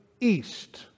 east